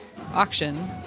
auction